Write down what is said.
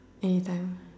anytime